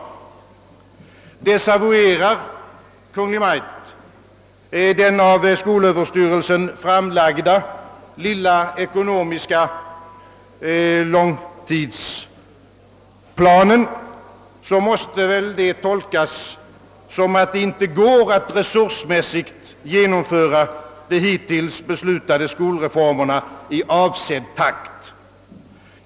Desavuerar Kungl. Maj:t skolöverstyrelsens förslag till denna lilla ekonomiska tidsplan, måste väl detta tolkas på det sättet, att våra resurser inte räcker till för att genomföra de hittills beslutade skolreformerna i avsedd takt.